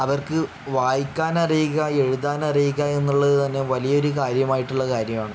അവർക്ക് വായിക്കാനറിയുക എഴുതാൻ അറിയുക എന്നുള്ളത് തന്നെ വലിയൊരു കാര്യമായിട്ടുള്ള കാര്യമാണ്